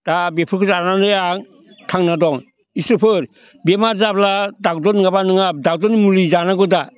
दा बेफोरखो जानानै आं थांना दं इसोरफोर बेमार जाब्ला ड'क्टर नङाब्ला नङा ड'क्टरनि मुलि जानांगौ दा